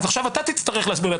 עכשיו אתה תצטרך להסביר לי.